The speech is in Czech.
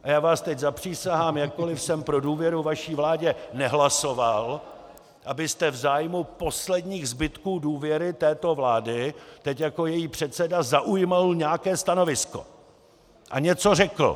A já vás teď zapřísahám, jakkoliv jsem pro důvěru vaší vládě nehlasoval, abyste v zájmu posledních zbytků důvěry této vlády teď jako její předseda zaujal nějaké stanovisko a něco řekl!